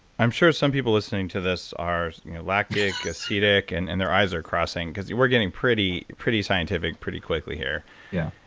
i'm sure some people listening to this are lactic, acidic and and their eyes are crossing because we're getting pretty pretty scientific pretty quickly here. steve yeah.